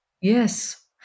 Yes